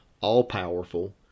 all-powerful